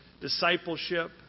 discipleship